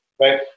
right